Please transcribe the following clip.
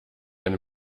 eine